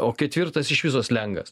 o ketvirtas iš viso slengas